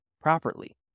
properly